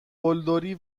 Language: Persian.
قلدری